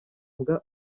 mbwa